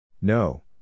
No